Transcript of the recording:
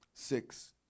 six